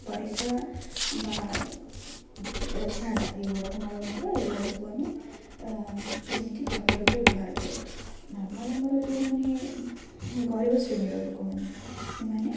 ପରିଶ୍ରା ବା ଝାଡ଼ା ଏଇଗୁଡ଼ାକ ମଳମୂତ୍ର ଏଇଗୁଡ଼ା ସବୁ ଆମେ କେମିତି ଖତ ରୂପେ ବ୍ୟବହାର କରୁ ନର୍ମାଲ୍ ଆମର ଯେଉଁମାନେ ଗରିବ ଶ୍ରେଣୀର ଲୋକମାନେ ସେମାନେ